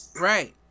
Right